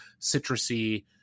citrusy